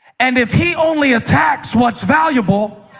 and if he only attacks what's valuable,